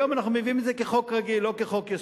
היום אנחנו מביאים את זה כחוק רגיל, לא כחוק-יסוד,